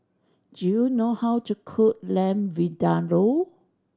do you know how to cook Lamb Vindaloo